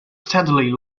steadily